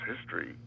history